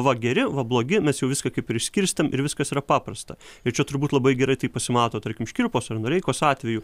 va geri va blogi mes jau viską kaip ir išsiskirstėm ir viskas yra paprasta ir čia turbūt labai gerai tai pasimato tarkim škirpos ir noreikos atveju